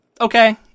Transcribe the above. Okay